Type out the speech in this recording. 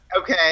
Okay